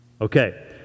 Okay